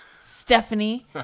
Stephanie